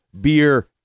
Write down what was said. beer